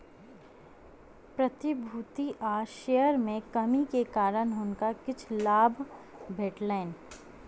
प्रतिभूति आ शेयर में कमी के कारण हुनका किछ लाभ भेटलैन